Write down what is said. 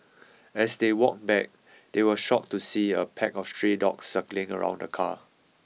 as they walked back they were shocked to see a pack of stray dogs circling around the car